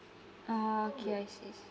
ah okay I see I see